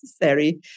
necessary